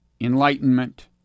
enlightenment